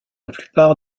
plupart